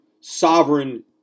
sovereign